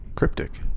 Cryptic